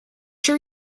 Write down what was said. sure